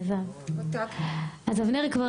בעבר הייתה הבחנה בין תו חניה עם כיסא